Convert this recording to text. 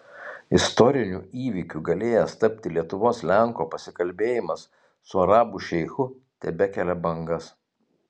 istoriniu įvykiu galėjęs tapti lietuvos lenko pasikalbėjimas su arabų šeichu tebekelia bangas